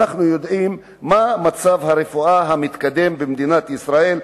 אנחנו יודעים מה מצב הרפואה המתקדם במדינת ישראל,